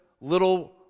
little